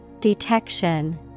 Detection